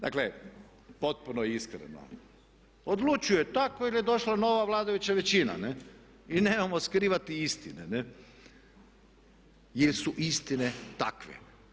Dakle, potpuno iskreno odlučio je tako jer je došla nova vladajuća većina i nemojmo skrivati istine jer su istine takve.